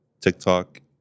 TikTok